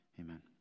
Amen